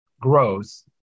growth